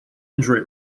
injury